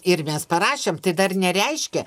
ir mes parašėm tai dar nereiškia